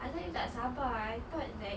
asal you tak sabar I thought that